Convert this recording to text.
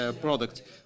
product